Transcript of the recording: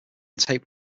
tape